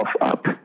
up